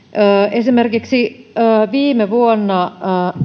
esimerkiksi viime vuonna